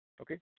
Okay